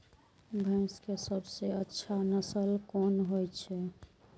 भैंस के सबसे अच्छा नस्ल कोन होय छे?